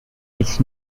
its